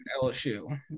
LSU